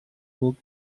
woke